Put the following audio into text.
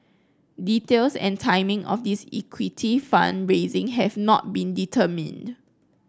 details and timing of this equity fund raising have not been determined